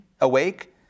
awake